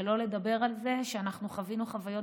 שלא לדבר על זה שאנחנו חווינו חוויות